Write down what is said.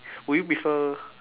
would you prefer